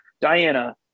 diana